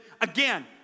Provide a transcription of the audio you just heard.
again